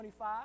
25